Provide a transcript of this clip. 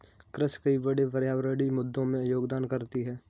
कृषि कई बड़े पर्यावरणीय मुद्दों में योगदान करती है